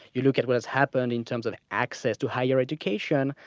you look at what has happened in terms of access to higher education.